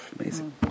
amazing